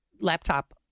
laptop